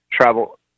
travel